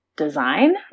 design